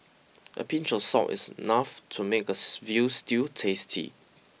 a pinch of salt is enough to make a veal stew tasty